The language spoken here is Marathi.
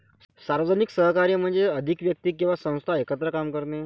सार्वजनिक सहकार्य म्हणजे अधिक व्यक्ती किंवा संस्था एकत्र काम करणे